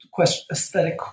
aesthetic